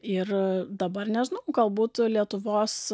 ir dabar nežinau galbūt lietuvos